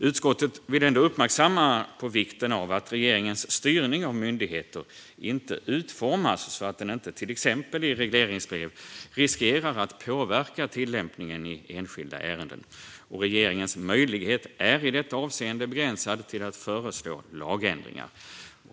Utskottet vill ändå uppmärksamma vikten av att regeringens styrning av myndigheter inte utformas så att den inte, till exempel i regleringsbrev, riskerar att påverka tillämpningen i enskilda ärenden. Regeringens möjlighet är i detta avseende begränsad till att föreslå lagändringar.